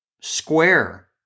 square